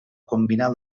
combinar